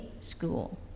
School